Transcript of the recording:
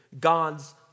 God's